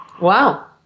Wow